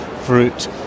fruit